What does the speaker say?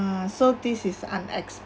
so this is